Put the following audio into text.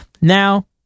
now